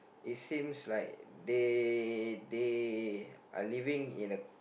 is seems like they they are living in a